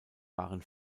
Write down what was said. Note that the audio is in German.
waren